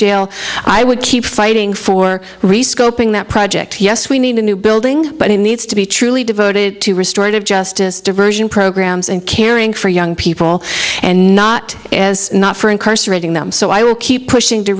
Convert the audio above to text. jail i would keep fighting for resculpting that project yes we need a new building but it needs to be truly devoted to restored of justice diversion programs and caring for young people and not as not for incarcerating them so i will keep pushing to